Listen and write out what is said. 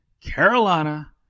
Carolina